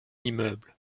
immeuble